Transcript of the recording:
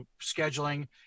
scheduling